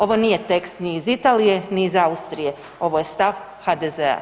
Ovo nije tekst ni iz Italije ni iz Austrije, ovo je stav HDZ-a.